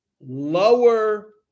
lower